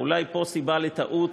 ואולי פה סיבה לטעות,